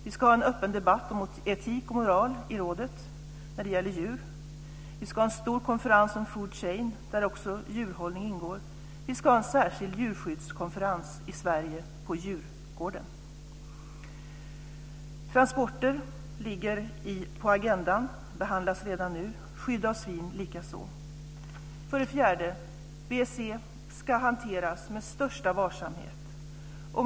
Vi ska ha en öppen debatt om etik och moral i rådet när det gäller djur. Vi ska ha en stor konferens om food chain, där också djurhållning ingår. Vi ska ha en särskild djurskyddskonferens i Sverige på Djurgården. Transporter finns på agendan och behandlas redan nu - skydd av svin likaså. För det fjärde: BSE ska hanteras med största varsamhet.